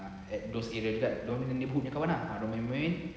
ah at those area kan dorang punya kawan ah dorang main main